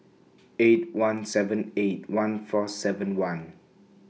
eight one seven eight one four seven one